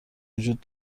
وجود